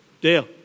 Dale